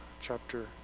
chapter